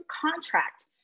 contract